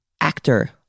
actor